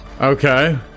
Okay